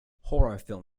horrorfilm